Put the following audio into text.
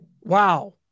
wow